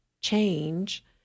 change